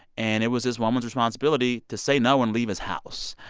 and it was this woman's responsibility to say no and leave his house.